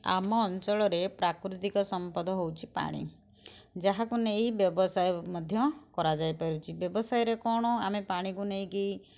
ଆମ ଅଞ୍ଚଳରେ ପ୍ରାକୃତିକ ସମ୍ପଦ ହେଉଛି ପାଣି ଯାହାକୁ ନେଇ ବ୍ୟବସାୟ ମଧ୍ୟ କରାଯାଇ ପାରୁଛି ବ୍ୟବସାୟରେ କଣ ଆମେ ପାଣିକୁ ନେଇକି